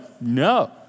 no